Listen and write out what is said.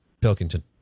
Pilkington